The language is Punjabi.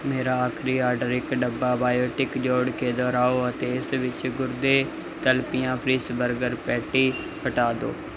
ਮੇਰਾ ਆਖਰੀ ਆਡਰ ਇੱਕ ਡੱਬਾ ਬਾਇਓਟਿਕ ਜੋੜ ਕੇ ਦੁਹਰਾਓ ਅਤੇ ਇਸ ਵਿੱਚ ਗੁਦਰੇ ਤਿਲਪੀਆ ਫਿਸ਼ ਬਰਗਰ ਪੈਟੀ ਹਟਾ ਦੋ